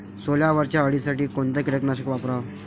सोल्यावरच्या अळीसाठी कोनतं कीटकनाशक वापराव?